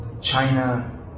China